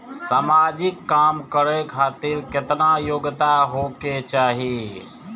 समाजिक काम करें खातिर केतना योग्यता होके चाही?